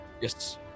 yes